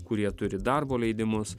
kurie turi darbo leidimus